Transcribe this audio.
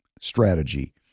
strategy